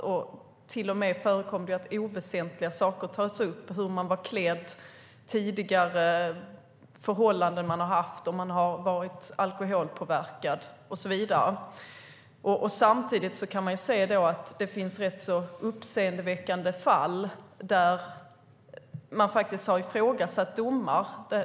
Det förekommer till och med att oväsentliga saker tas upp, som hur man var klädd, tidigare förhållanden man haft, om man var alkoholpåverkad och så vidare. Samtidigt kan vi se att det finns rätt uppseendeväckande fall där domar har ifrågasatts.